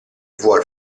vuol